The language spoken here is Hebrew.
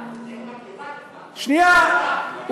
שנייה.